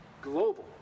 global